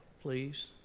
please